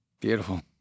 Beautiful